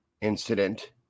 Incident